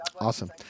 Awesome